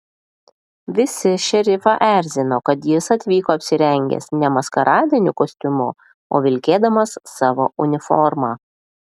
visi šerifą erzino kad jis atvyko apsirengęs ne maskaradiniu kostiumu o vilkėdamas savo uniformą